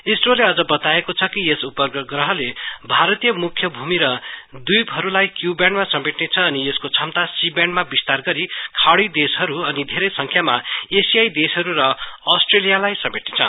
ISRO ले अझ बताएको छ कि यस उपग्रहले भारतीय मुख्य भूमि र दीयपहरुलाई क्यू व्याण्डमा समेटने छ अनि यसको क्षमता सी व्याण्डमा विस्तार गरी खाड़ी देशहरु अनि धेरै संख्यामा एशियाई देशहरु र अष्ट्रेलियालाई समेट्ने छ